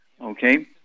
okay